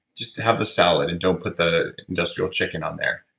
just have the salad and don't put the industrial chicken on there.